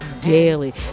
Daily